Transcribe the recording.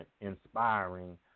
inspiring